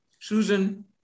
Susan